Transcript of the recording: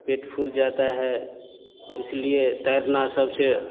पेट फुल जाता है इस लिए तैरना सब से